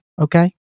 Okay